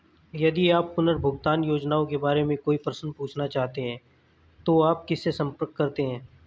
यदि आप पुनर्भुगतान योजनाओं के बारे में कोई प्रश्न पूछना चाहते हैं तो आप किससे संपर्क करते हैं?